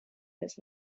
this